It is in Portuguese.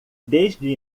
desde